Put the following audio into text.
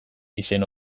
izen